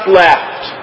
left